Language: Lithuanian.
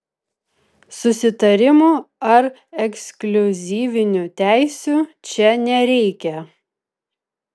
susitarimų ar ekskliuzyvinių teisių čia nereikia